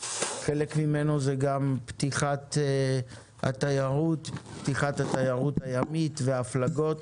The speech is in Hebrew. שחלק ממנו זה גם פתיחת התיירות הימית וההפלגות.